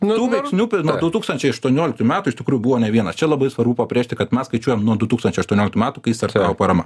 tų veiksnių nuo du tūkstančiai aštuonioliktų metų iš tikrųjų buvo ne vienas čia labai svarbu pabrėžti kad mes skaičiuojam nuo du tūkstančiai aštuonioliktų metų kai startavo parama